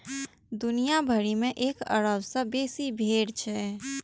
दुनिया भरि मे एक अरब सं बेसी भेड़ छै